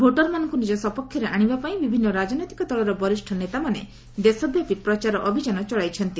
ଭୋଟରମାନଙ୍କୁ ନିଜ ସପକ୍ଷରେ ଆଶିବା ପାଇଁ ବିଭିନ୍ନ ରାଜନୈତିକ ଦଳର ବରିଷ୍ଣ ନେତାମାନେ ଦେଶବ୍ୟାପି ନିର୍ବାଚନୀ ର୍ୟାଲି କରୁଛନ୍ତି